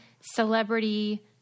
celebrity